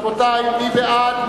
רבותי, מי בעד?